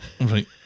Right